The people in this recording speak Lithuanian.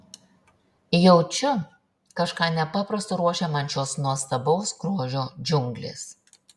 jaučiu kažką nepaprasto ruošia man šios nuostabaus grožio džiunglės